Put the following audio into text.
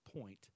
point